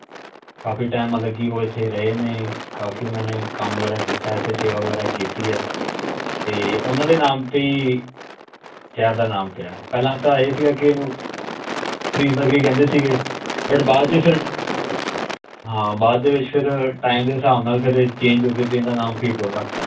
ਕਾਫੀ time ਮਤਲਬ ਕਿ ਉਹ ਇੱਥੇ ਰਹੇ ਨੇ ਕਾਫੀ ਉਹਨਾਂ ਨੇ ਕੰਮ ਵਗੈਰਾ ਕੀਤਾ ਇੱਥੇ ਸੇਵਾ ਵਗੈਰਾ ਕੀਤੀ ਹੈ ਅਤੇ ਉਹਨਾਂ ਦੇ ਨਾਮ 'ਤੇ ਸ਼ਹਿਰ ਦਾ ਨਾਮ ਪਿਆ ਪਹਿਲਾਂ ਤਾਂ ਇਹ ਸੀਗਾ ਕਿ ਇਹਨੂੰ ਫਰੀਦ ਨਗਰੀ ਕਹਿੰਦੇ ਸੀਗੇ ਬਟ ਬਾਅਦ 'ਚ ਫਿਰ ਹਾਂ ਬਾਅਦ ਦੇ ਵਿੱਚ ਫਿਰ ਟਾਈਮ ਦੇ ਹਿਸਾਬ ਨਾਲ ਫਿਰ ਚੇਂਜ ਹੋ ਕੇ ਅਤੇ ਇਹਦਾ ਨਾਮ ਫਰੀਦਕੋਟ ਰੱਖ ਤਾ